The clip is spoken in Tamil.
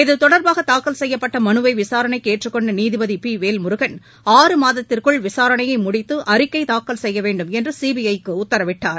இத்தொடர்பாக தாக்கல் செய்யப்பட்ட மனுவை விசாரணைக்கு ஏற்றுக்கொண்ட நீதிபதி பி வேல்முருகன் ஆறு மாதத்திற்குள் விசாரணையை முடித்து அறிக்கை தாக்கல் செய்ய வேண்டும் என்று சிபிஐ க்கு உத்தரவிட்டார்